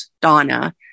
Donna